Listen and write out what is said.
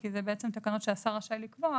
כי אלה תקנות שהשר רשאי לקבוע,